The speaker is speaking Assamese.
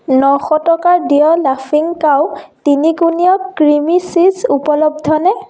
নশ টকাৰ ডিঅ' লাফিং কাউ তিনিকোণীয় ক্ৰিমী চীজ উপলব্ধ নে